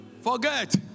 Forget